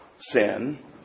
sin